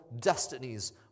destinies